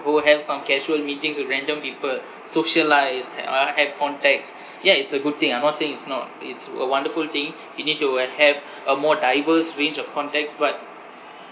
go have some casual meetings with random people socialise uh have context ya it's a good thing I'm not saying it's not it's a wonderful thing you need to have a more diverse range of context but